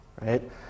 right